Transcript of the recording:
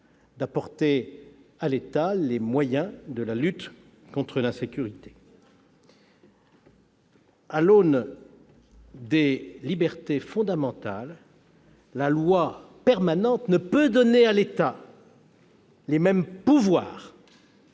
de donner à l'État les moyens de la lutte contre l'insécurité. À l'aune des libertés fondamentales, la loi permanente ne peut donner à l'État les mêmes pouvoirs